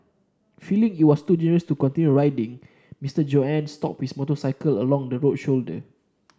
feeling it was too dangerous to continue riding Mister Johann stopped his motorcycle along the road shoulder